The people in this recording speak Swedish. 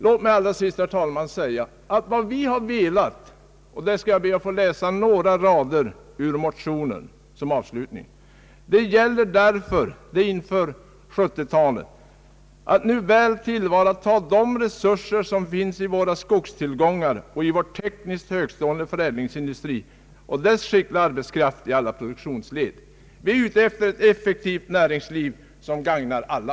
Låt mig som avslutning få läsa några rader ur motionen: »Det gäller därför nu att väl tillvarataga de resurser som finns i våra skogstillgångar och i vår tekniskt högtstående förädlingsindu stri och dess skickliga arbetskraft i alla produktionsled.» Vi är ute efter ett effektivt näringsliv som gagnar alla.